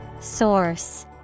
Source